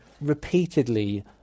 repeatedly